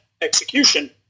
execution